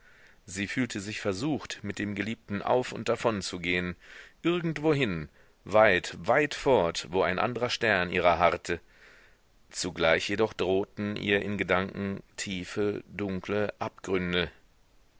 sie fühlte sich versucht mit dem geliebten auf und davon zu gehen irgendwohin weit weit fort wo ein andrer stern ihrer harrte zugleich jedoch drohten ihr in gedanken riefe dunkle abgründe